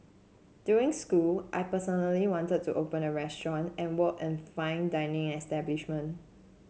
during school I personally wanted to open a restaurant and work in fine dining establishment